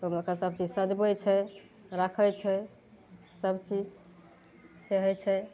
ओइमे कए सब चीज सजबय छै राखय छै सबचीज चढ़य छै